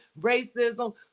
racism